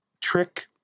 trick